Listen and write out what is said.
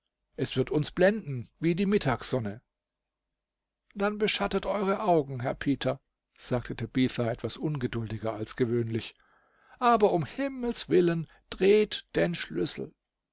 es wird uns blenden wie die mittagssonne dann beschattet eure augen herr peter sagte tabitha etwas ungeduldiger als gewöhnlich aber um's himmels willen dreht den schlüssel